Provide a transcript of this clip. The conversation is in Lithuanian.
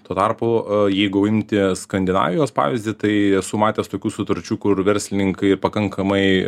tuo tarpu jeigu imti skandinavijos pavyzdį tai esu matęs tokių sutarčių kur verslininkai pakankamai